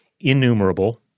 innumerable